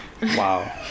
Wow